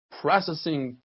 processing